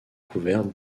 couverte